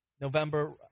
November